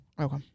Okay